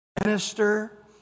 minister